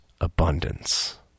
abundance